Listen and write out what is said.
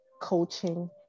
coaching